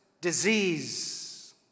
disease